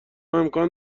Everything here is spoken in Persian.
امکان